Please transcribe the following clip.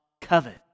covet